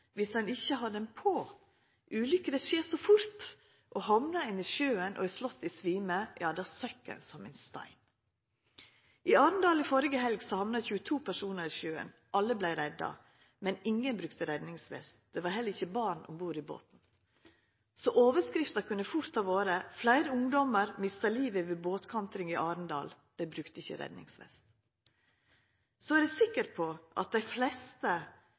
viss ein ikkje har han på. Ulykkene skjer så fort, og hamnar ein i sjøen og er slegen i svime, søkk ein som ein stein. I Arendal i førre helg hamna 22 personar i sjøen. Alle vart redda, men ingen brukte redningsvest. Det var heller ikkje barn om bord i båten. Overskrifta kunne fort ha vore: Fleire ungdommar miste livet ved båtkantring i Arendal. Dei brukte ikkje redningsvest. Eg er sikker på at dei fleste